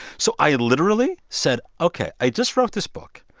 so i literally said, ok, i just wrote this book.